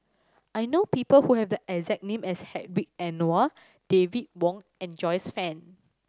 I know people who have the exact name as Hedwig Anuar David Wong and Joyce Fan